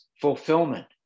fulfillment